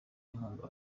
inkunga